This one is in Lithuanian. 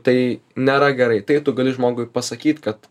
tai nėra gerai tai tu gali žmogui pasakyt kad